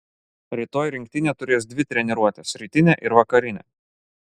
rytoj rinktinė turės dvi treniruotes rytinę ir vakarinę